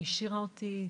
העשירה אותי,